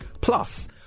Plus